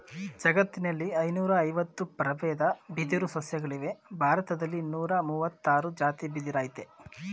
ಜಗತ್ತಿನಲ್ಲಿ ಐನೂರಐವತ್ತು ಪ್ರಬೇದ ಬಿದಿರು ಸಸ್ಯಗಳಿವೆ ಭಾರತ್ದಲ್ಲಿ ನೂರಮುವತ್ತಾರ್ ಜಾತಿ ಬಿದಿರಯ್ತೆ